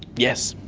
yes,